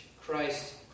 Christ